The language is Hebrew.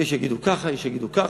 יש שיגידו ככה, יש שיגידו ככה.